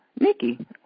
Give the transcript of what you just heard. Nikki